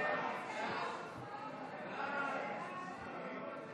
ההצעה להעביר לוועדה את הצעת חוק מס ערך מוסף (תיקון,